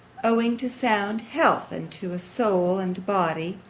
owing to sound health, and to a soul and body